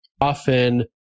often